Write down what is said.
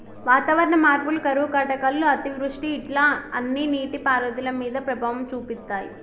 వాతావరణ మార్పులు కరువు కాటకాలు అతివృష్టి ఇట్లా అన్ని నీటి పారుదల మీద ప్రభావం చూపితాయ్